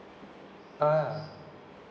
ah